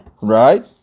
right